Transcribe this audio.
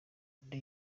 undi